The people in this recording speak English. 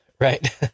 right